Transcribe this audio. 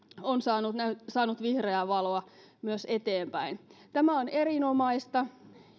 on saanut saanut vihreää valoa myös eteenpäin tämä on erinomaista